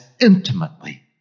intimately